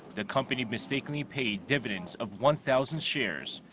the company mistakenly paid dividends of one-thousands shares.